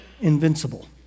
invincible